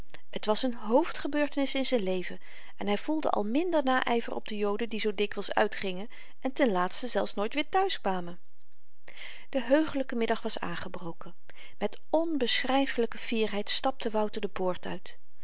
t was n hoofdgebeurtenis in z'n leven en hy voelde al minder nayver op de joden die zoo dikwyls uitgingen en ten laatste zelfs nooit weer thuiskwamen de heugelyke middag was aangebroken met onbeschryfelyke fierheid stapte wouter de poort uit